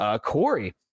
Corey